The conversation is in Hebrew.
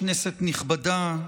כנסת נכבדה,